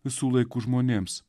visų laikų žmonėms